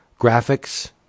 graphics